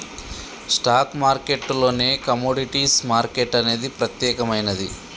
stock మార్కెట్టులోనే commodities market అనేది ప్రత్యేకమైనది